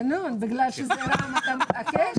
ינון, בגלל שזה רע"מ אתה מתעקש?